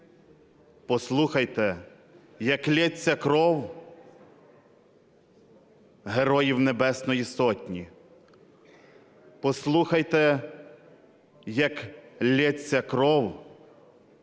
Послухайте, як ллється кров Героїв Небесної Сотні. Послухайте, як ллється кров